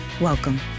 Welcome